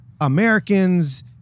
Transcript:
Americans